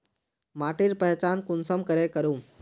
माटिर पहचान कुंसम करे करूम?